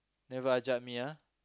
never ajak me ah